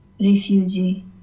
refugee